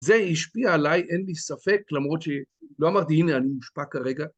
זה השפיע עליי, אין לי ספק, למרות שלא אמרתי הנה אני מושפע כרגע